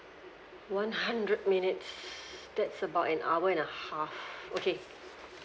one hundred minutes that's about an hour and a half okay